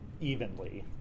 evenly